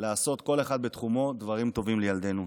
לעשות כל אחד בתחומו דברים טובים לילדינו.